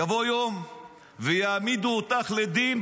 יבוא יום ויעמידו אותך לדין,